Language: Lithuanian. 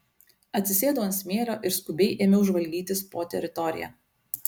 atsisėdau ant smėlio ir skubiai ėmiau žvalgytis po teritoriją